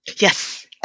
Yes